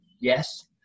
yes